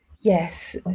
Yes